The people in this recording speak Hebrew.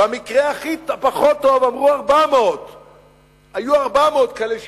במקרה הכי פחות טוב אמרו 400. היו 400 כאלה שהסתובבו.